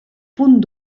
punt